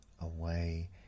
away